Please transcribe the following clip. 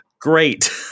great